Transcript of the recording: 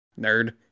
nerd